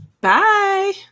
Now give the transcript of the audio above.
Bye